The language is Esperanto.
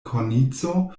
kornico